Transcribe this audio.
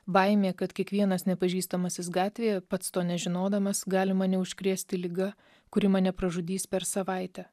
baimė kad kiekvienas nepažįstamasis gatvėje pats to nežinodamas gali mane užkrėsti liga kuri mane pražudys per savaitę